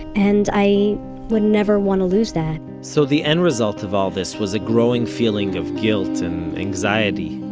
and i would never want to lose that so the end result of all this was a growing feeling of guilt and anxiety.